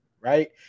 right